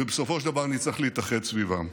ובסופו של דבר נצטרך להתאחד סביבם.